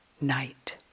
night